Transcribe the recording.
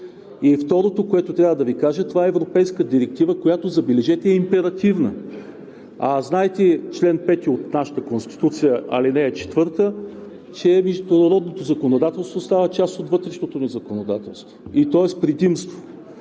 И второто, което трябва да Ви кажа, това е европейска директива, която, забележете, е императивна. А знаете – чл. 5, ал. 4 от нашата Конституция, че международното законодателство става част от вътрешното законодателство и то е с предимство.